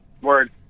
Word